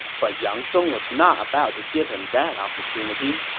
but yang song was not about to give him that opportunity.